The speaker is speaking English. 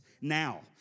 now